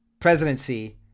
presidency